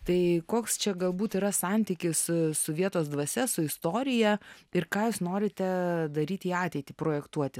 tai koks čia galbūt yra santykis su vietos dvasia su istorija ir ką jūs norite daryt į ateitį projektuoti